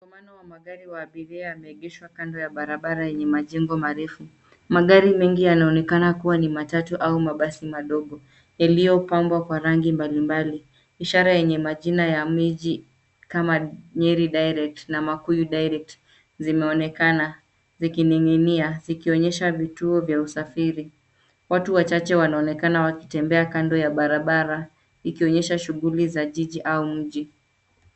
Msongamano wa magari wa abiria yameegeshwa kando ya barabara yenye majengo marefu. Magari mengi yanaonekana kuwa ni matatu au mabasi madogo, yaliyopambwa kwa rangi mbali mbali. Ishara yenye majina ya miji kama Nyeri Direct na Makuyu Direct zimeonekana, zikining'inia zikionyesha vituo vya usafiri. Watu wachache wanaonekana wakitembea kando ya barabara ikionyesha shughuli za jiji au mji.